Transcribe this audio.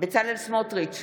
בצלאל סמוטריץ'